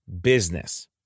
business